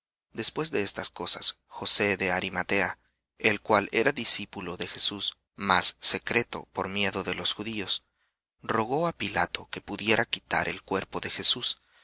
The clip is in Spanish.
después de estas cosas josé de arimatea el cual era discípulo de jesús mas secreto por miedo de los judíos rogó á pilato que pudiera quitar el cuerpo de jesús